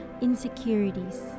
insecurities